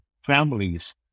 families